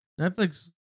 Netflix